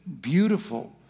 beautiful